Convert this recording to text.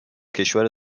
کشور